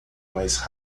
mais